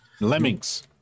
Lemmings